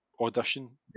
audition